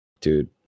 dude